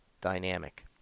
dynamic